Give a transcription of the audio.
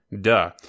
duh